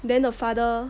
then the father